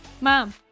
mom